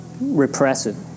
repressive